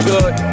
Good